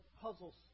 puzzles